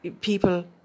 people